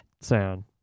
sound